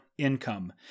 income